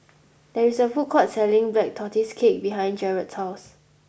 there is a food court selling Black Tortoise cake behind Garett's house